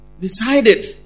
decided